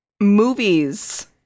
movies